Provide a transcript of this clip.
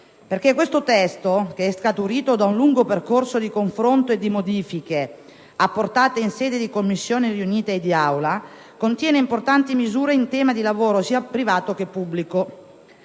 Questo testo, infatti, scaturito da un lungo percorso di confronto e da modifiche apportate in sede di Commissioni riunite e di Aula, contiene importanti misure in tema di lavoro sia privato che pubblico.